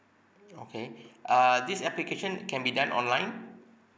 okay err this application can be done online